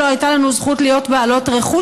לא הייתה לנו זכות להיות בעלות רכוש.